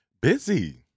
Busy